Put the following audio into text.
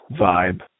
vibe